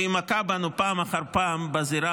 והיא מכה בנו פעם אחר פעם בזירה